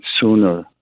sooner